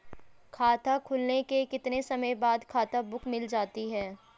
खाता खुलने के कितने समय बाद खाता बुक मिल जाती है?